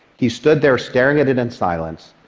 he stood there staring at it in silence,